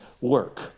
work